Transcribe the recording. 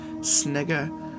snigger